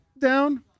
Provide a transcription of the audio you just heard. down